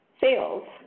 sales